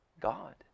God